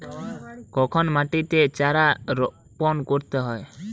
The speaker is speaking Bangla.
কখন মাটিতে চারা রোপণ করতে হয়?